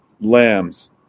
lambs